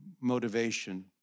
motivation